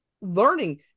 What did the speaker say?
learning